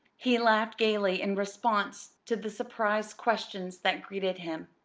he laughed gayly in response to the surprised questions that greeted him.